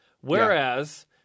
Whereas